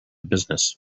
business